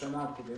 מהשנה הקודמת.